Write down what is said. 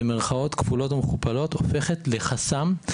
במירכאות כפולות ומכופלות הופכת לחסם.